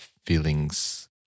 feelings